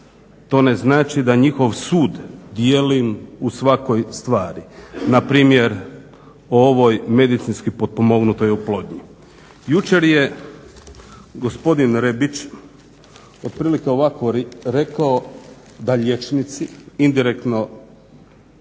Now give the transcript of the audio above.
to ne znači da njihov sud dijelim u svakoj stvari. Na primjer o ovoj medicinski potpomognutoj oplodnji. Jučer je gospodin Rebić otprilike ovako rekao da liječnici, indirektno